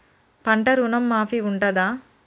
పంట ఋణం మాఫీ ఉంటదా?